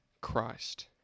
Christ